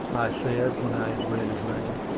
said, when i had read his name.